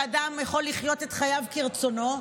שאדם יכול לחיות את חייו כרצונו,